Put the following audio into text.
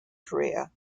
career